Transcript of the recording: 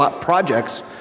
projects